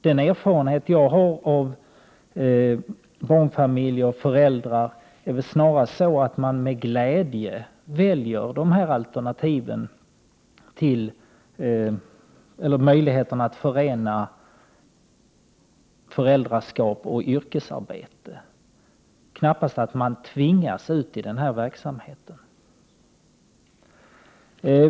Den erfarenhet jag har av barnfamiljer och föräldrar är snarast den att människor med glädje väljer möjligheten att förena föräldraskap och yrkesarbete, knappast att de tvingas ut i den verksamheten.